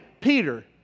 Peter